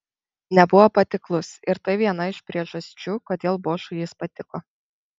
nebuvo patiklus ir tai viena iš priežasčių kodėl bošui jis patiko